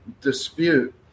dispute